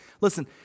Listen